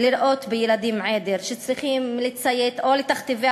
לראות בילדים עדר שצריך לציית או לתכתיבי